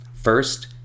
First